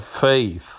faith